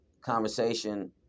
conversation